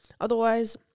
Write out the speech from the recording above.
Otherwise